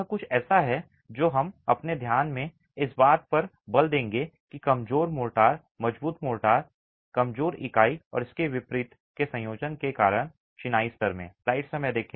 तो यह कुछ ऐसा है जो हम अपने अध्ययन में इस बात पर बल देंगे कि कमजोर मोर्टार मजबूत मोर्टार कमजोर इकाई और इसके विपरीत के संयोजन के कारण चिनाई स्तर में